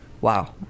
Wow